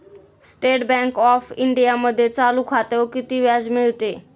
State bank of इंडियामध्ये चालू खात्यावर किती व्याज मिळते?